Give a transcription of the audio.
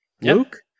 Luke